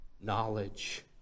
knowledge